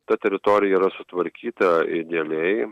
ta teritorija yra sutvarkyta idealiai